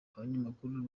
abanyamakuru